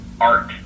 art